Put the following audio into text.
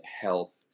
health